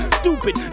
stupid